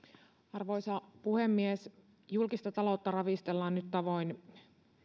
arvoisa puhemies julkista taloutta ravistellaan nyt tavoin